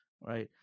right